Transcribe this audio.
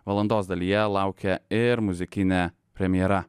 valandos dalyje laukia ir muzikinė premjera